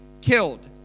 killed